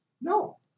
No